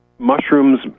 Mushrooms